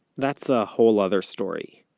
that's a whole other story.